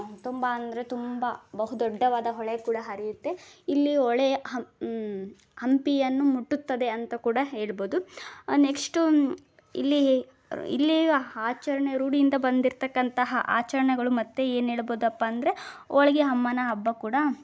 ತುಂಬ ಅಂದರೆ ತುಂಬ ಬಹು ದೊಡ್ಡದಾದ ಹೊಳೆ ಕೂಡ ಹರಿಯುತ್ತೆ ಇಲ್ಲಿ ಹೊಳೆ ಹಂಪಿಯನ್ನು ಮುಟ್ಟುತ್ತದೆ ಅಂತ ಕೂಡ ಹೇಳ್ಬೋದು ನೆಕ್ಸ್ಟು ಇಲ್ಲಿ ಇಲ್ಲಿ ಆಚರ್ಣೆ ರೂಢಿಯಿಂದ ಬಂದಿರತಕ್ಕಂತಹ ಆಚರಣೆಗಳು ಮತ್ತೆ ಏನು ಹೇಳ್ಬೋದಪ್ಪ ಅಂದರೆ ಹೋಳ್ಗೆ ಅಮ್ಮನ ಹಬ್ಬ ಕೂಡ